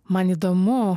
man įdomu